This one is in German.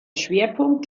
schwerpunkt